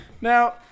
Now